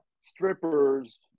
strippers